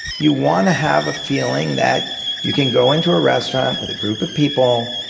you want to have a feeling that you can go into a restaurant with a group of people,